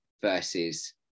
versus